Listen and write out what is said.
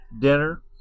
dinner